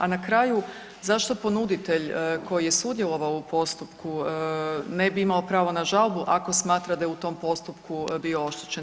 A na kraju zašto ponuditelj koji je sudjelovao u postupku ne bi imao pravo na žalbu ako smatra da je u tom postupku bio oštećen.